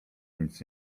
nic